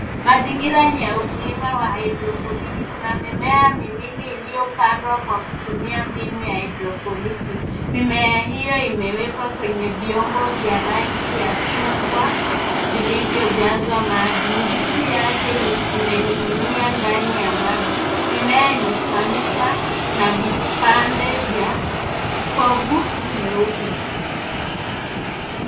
Mazingira ni ya ukulima wa hydroponiki. Kuna mimea miwili iliyopandwa Kwa kutumia mbinu ya hydroponiki. Mimea hiyo imepandwa kwenye vyombo vya rangi ya chungwa vilivyojazwa maji. Mizizi yake imening'inia ndani ya maji. Mimea imesimamishwa Kwa vipande vya povu nyeupe.